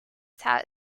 tha